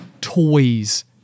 toys